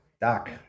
Doc